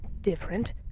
different